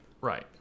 Right